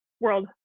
world